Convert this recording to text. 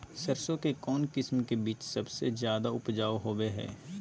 सरसों के कौन किस्म के बीच सबसे ज्यादा उपजाऊ होबो हय?